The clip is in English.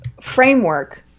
framework